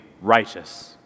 righteous